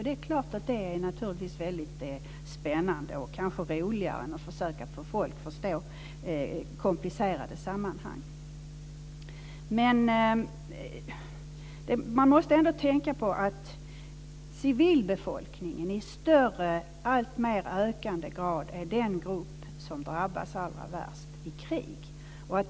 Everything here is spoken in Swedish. Det är klart att det naturligtvis är väldigt spännande och kanske roligare än att försöka få människor att förstå komplicerade sammanhang. Man måste ändå tänka på att civilbefolkningen i alltmer ökande grad är den grupp som drabbas allra värst i krig.